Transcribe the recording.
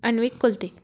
अण्विक Kulte